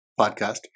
Podcast